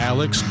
Alex